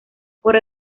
por